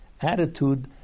attitude